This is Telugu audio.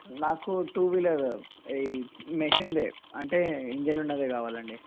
నాకు టూ వీలర్ మెషిన్ది అంటే ఇంజన్ ఉన్నది కావాలండి